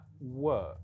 work